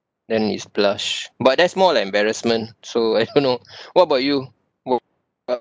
then it's blush but that's more like embarrassment so I don't know what about you oh ah